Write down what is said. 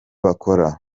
bakora